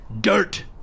Dirt